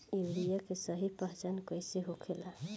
Urea के सही पहचान कईसे होखेला?